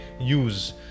use